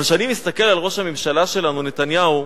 אבל כשאני מסתכל על ראש הממשלה שלנו נתניהו,